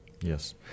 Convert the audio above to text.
Yes